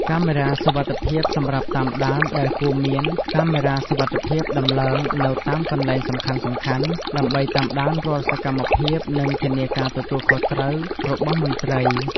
កាមេរ៉ាសុវត្ថិភាពសម្រាប់តាមដានដែលគួរមានកាមេរ៉ាសុវត្ថិភាពដំឡើងនៅតាមកន្លែងសំខាន់ៗ ដើម្បីតាមដានរាល់សកម្មភាព និងធានាការទទួលខុសត្រូវរបស់មន្ត្រី។